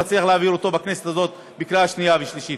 נצליח להעביר אותו בכנסת הזאת בקריאה שנייה ושלישית.